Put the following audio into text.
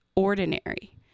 ordinary